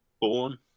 born